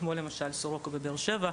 כמו: סורוקה בבאר שבע,